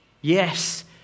Yes